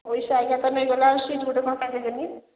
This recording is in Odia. ପଇସା ଆଗେ ତ ନେଇ ଗଲେ ଆଉ ସିଟ୍ ଗୋଟେ ତ କ'ଣ ପାଇଁ ଦେବେନି